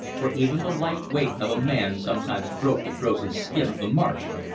for even the light weight of a man sometimes broke the frozen skin of the marsh.